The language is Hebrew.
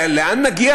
לאן נגיע,